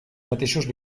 mateixos